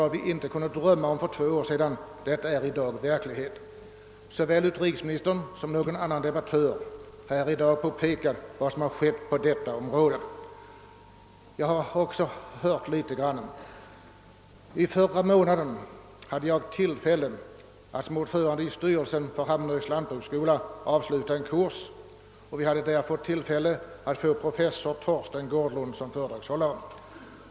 Vad vi för två år sedan inte kunde drömma om är i dag verklighet. Såväl utrikesministern som någon annan talare har i dag talat om vad som skett på detta område. Jag har också tidigare hört litet grand om detta. I förra månaden hade jag tillfälle att som ordförande i styrelsen för Hammenhögs lantbrukshögskola avsluta en kurs. Vi hade lyckats engagera professor Torsten Gårdlund som föredragshållare.